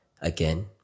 again